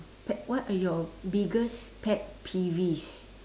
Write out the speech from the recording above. pet what are your biggest pet peeves